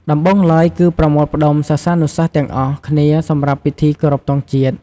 ដំបូងឡើយ គឺប្រមូលផ្ដុំសិស្សានុសិស្សទាំងអស់គ្នាសម្រាប់ពិធីគោរពទង់ជាតិ។